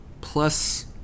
Plus